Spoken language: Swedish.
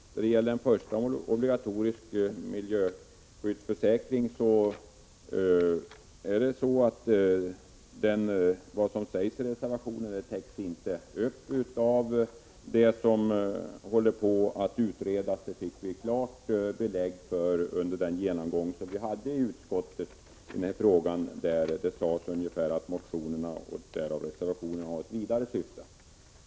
De krav som ställs i den första reservationen, som handlar om obligatorisk miljöskyddsförsäkring, täcks inte av de frågor som nu håller på att utredas. Det fick vi klart belägg för under den genomgång som vi i utskottet hade i detta ärende. Det sades då att motionerna, och följaktligen reservationen, 177 har ett vidare syfte.